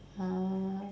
uh